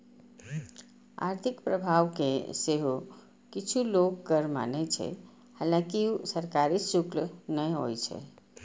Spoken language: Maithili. आर्थिक प्रभाव कें सेहो किछु लोक कर माने छै, हालांकि ऊ सरकारी शुल्क नै होइ छै